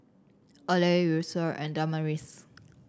Earley Yulissa and Damaris